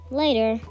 later